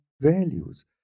values